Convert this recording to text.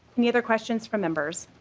any other questions for members?